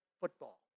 football